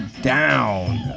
down